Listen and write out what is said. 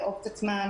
לאהוב את עצמם,